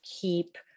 keep